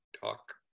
talk